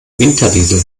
winterdiesel